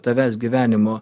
tavęs gyvenimo